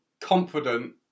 confident